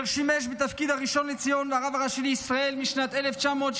ושימש בתפקיד הראשון לציון והרב הראשי לישראל משנת 1973